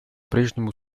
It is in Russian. прежнему